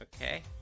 Okay